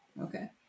Okay